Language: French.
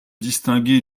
distinguai